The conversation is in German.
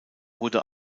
wurde